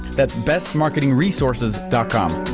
that's bestmarketingresources com.